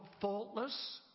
faultless